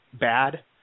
bad